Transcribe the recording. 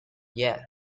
yeah